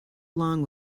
along